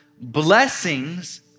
blessings